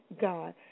God